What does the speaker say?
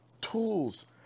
tools